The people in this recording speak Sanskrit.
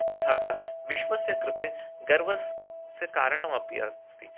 तथा च विश्वस्य कृते गर्वस्य स्य कारणमपि अस्ति